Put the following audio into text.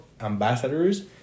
ambassadors